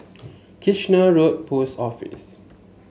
Kitchener Road Post Office